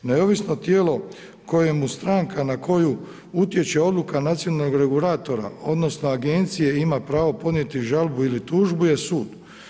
Neovisno tijelo kojemu stranka na koju utječe odluka nacionalnog regulatora odnosno agencije ima pravo podnijeti žalbu ili tužbu je sud.